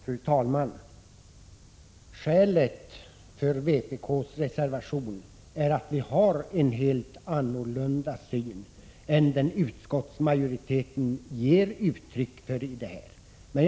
Fru talman! Skälet för vpk:s reservation är att vi har en helt annorlunda syn än den utskottsmajoriteten ger uttryck för i betänkandet.